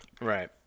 Right